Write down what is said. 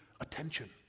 attention